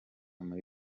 muri